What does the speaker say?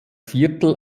viertel